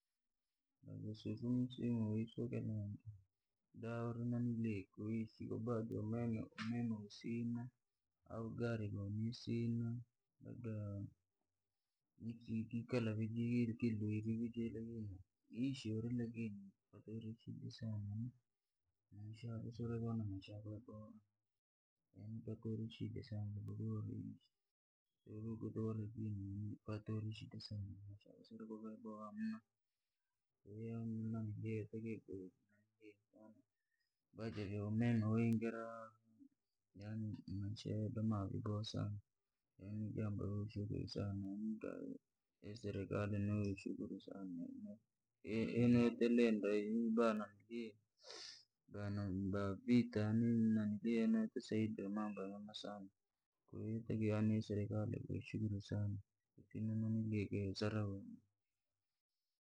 Wesukumzina wishtukenandi, dauru nanili kuisi umeme usina, au ugari wamusina, labda wiki ikukala ijihiri kilwe, wiishi wuli lakini, wiburi sigi sana, wishala suri vana mashaka gona, wolimpaka shida sana boriwa rinji, shida sana wali mpako amna, bajeri ya umeme wengera. Yaani umshe huduma wigosa, yani jambo la kushukuru sana, iserekali nishukuru sana, ino iterenda uni ebana ndilie, bano ngapika nini nanilia hata sahi ndo mambo mabovya sana, hii serekali bashukuru sana.